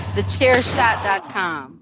TheChairShot.com